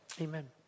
Amen